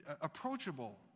approachable